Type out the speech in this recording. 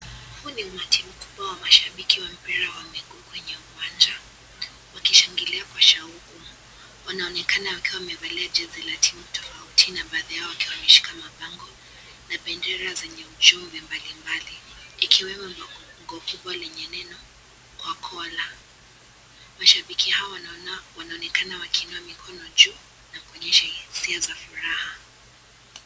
Huu ni umati mkubwa wa mashabiki wa mpira wa mguu kwenye uwanja wakishangilia kwa shauku wanaonekana wakiwa wamevalia jezi la timu tofauti na baadhi yao wakiwa wameshika mabango na bendera zenye uchovi mbalimbali ikiwemo bango kubwa lenye neno KHWAKHOLA ,mashabiki hao wanaonekana wakiinua mikono juu na kuonyesha hisia za furaha .